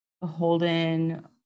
beholden